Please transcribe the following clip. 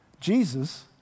Jesus